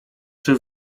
czy